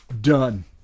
done